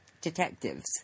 detectives